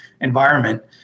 environment